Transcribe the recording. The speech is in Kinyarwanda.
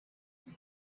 akon